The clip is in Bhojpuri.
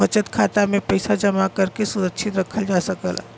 बचत खाता में पइसा जमा करके सुरक्षित रखल जा सकला